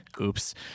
Oops